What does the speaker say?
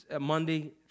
Monday